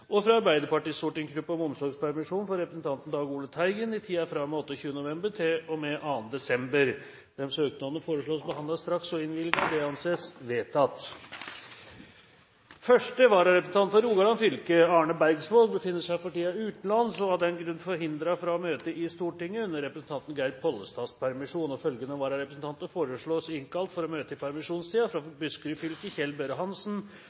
videre fra Arbeiderpartiets stortingsgruppe om omsorgspermisjon for representanten Dag Ole Teigen i tiden fra og med 28. november til og med 2. desember Disse søknadene foreslås behandlet straks og innvilget. – Det anses vedtatt. Første vararepresentant for Rogaland fylke, Arne Bergsvåg, befinner seg for tiden utenlands og er av den grunn forhindret fra å møte i Stortinget under representanten Geir Pollestads permisjon. Følgende vararepresentanter foreslås innkalt for å møte i